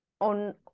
on